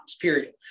Period